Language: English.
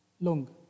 long